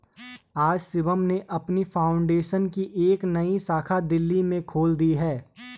आज शिवम ने अपनी फाउंडेशन की एक नई शाखा दिल्ली में खोल दी है